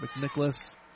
McNicholas